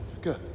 good